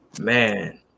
man